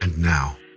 and now,